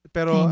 Pero